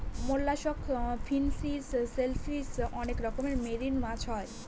mollusc, finfish, shellfish অনেক রকমের marine মাছ হয়